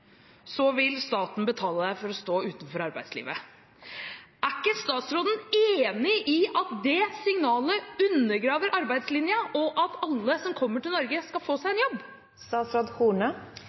vil staten betale en for å stå utenfor arbeidslivet. Er ikke statsråden enig i at det signalet undergraver arbeidslinjen, og at alle som kommer til Norge, skal få seg en jobb?